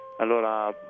Allora